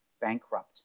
bankrupt